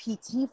PT